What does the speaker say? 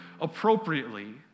appropriately